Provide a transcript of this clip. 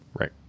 Right